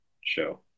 show